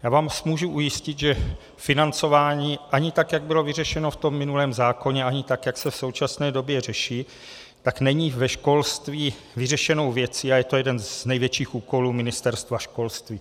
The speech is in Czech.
Já vás můžu ujistit, že financování ani tak, jak bylo vyřešeno v tom minulém zákoně, ani tak, jak se v současné době řeší, není ve školství vyřešenou věcí a je to jeden z největších úkolů Ministerstva školství.